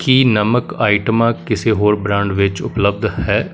ਕੀ ਨਮਕ ਆਈਟਮਾਂ ਕਿਸੇ ਹੋਰ ਬ੍ਰਾਂਡ ਵਿੱਚ ਉਪਲਬਧ ਹੈ